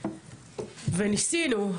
וניסינו,